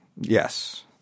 Yes